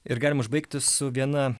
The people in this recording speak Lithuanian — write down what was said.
ir galim užbaigti su viena